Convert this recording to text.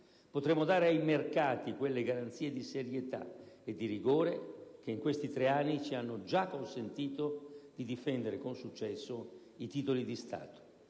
potremo dare ai mercati quelle garanzie di serietà e di rigore che in questi tre anni ci hanno già consentito di difendere con successo i titoli di Stato;